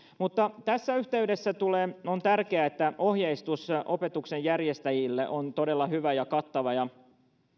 tässä yhteydessä on tärkeää että ohjeistus opetuksen järjestäjille on todella hyvä ja kattava ja